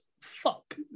fuck